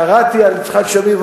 קראתי על יצחק שמיר,